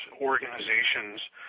organizations